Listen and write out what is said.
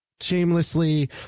shamelessly